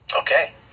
Okay